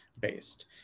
based